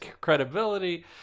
credibility